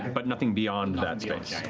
but nothing beyond that space.